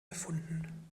erfunden